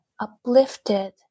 uplifted